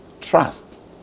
trust